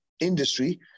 industry